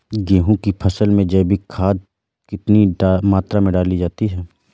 गेहूँ की फसल में जैविक खाद कितनी मात्रा में डाली जाती है?